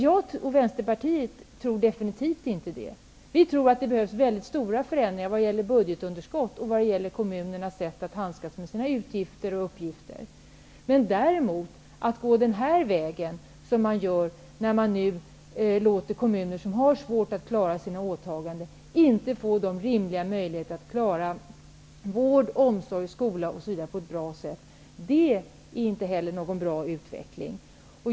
Jag och Vänsterpartiet tror definitivt inte det. Vi tror att det behövs väldigt stora förändringar vad gäller budgetunderskott och kommunernas sätt att handskas med sina utgifter och uppgifter. Att däremot inte ge kommuner som har svårt att klara sina åtaganden rimliga möjligheter att klara vård, omsorg, skola, osv. på ett bra sätt är inte heller någon bra utveckling.